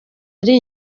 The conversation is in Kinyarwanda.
ari